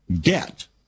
debt